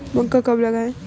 मक्का कब लगाएँ?